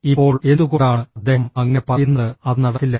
ഇപ്പോൾ എന്തുകൊണ്ടാണ് അദ്ദേഹം അങ്ങനെ പറയുന്നത് അത് നടക്കില്ല